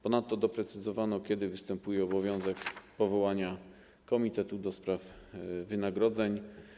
Ponadto doprecyzowano, kiedy występuje obowiązek powołania komitetu do spraw wynagrodzeń.